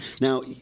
Now